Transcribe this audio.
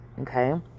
okay